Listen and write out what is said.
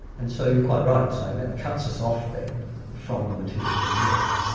and so you're quite right in saying that cuts us off then from the material world.